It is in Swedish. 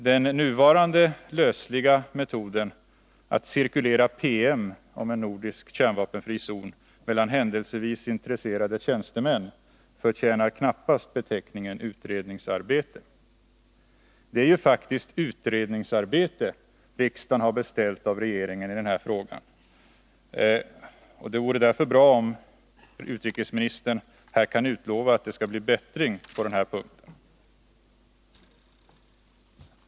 Den nuvarande lösliga metoden att låta PM om en nordisk kärnvapenfri zon cirkulera mellan händelsevis intresserade tjänstemän förtjänar knappast beteckningen utredningsarbete. Det är ju faktiskt utredningsarbete riksdagen har beställt av regeringen i den här frågan. Det vore därför bra om utrikesministern kunde utlova att det skall bli bättring på den punkten.